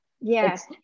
Yes